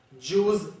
Jews